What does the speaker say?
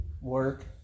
work